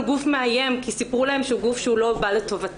גוף מאיים כי סיפרו להן שהוא גוף שהוא לא בא לטובתן.